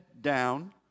down